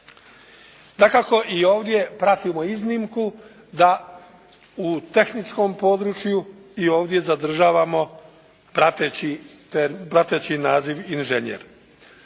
Dakako i ovdje pratimo iznimku da u tehničkom području i ovdje zadržavamo prateći naziv inženjer.